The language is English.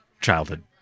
childhood